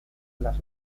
las